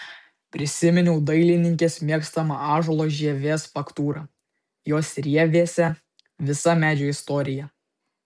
prisiminiau dailininkės mėgstamą ąžuolo žievės faktūrą jos rievėse visa medžio istorija